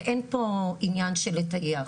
ואין פה עניין של לטייח,